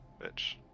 Bitch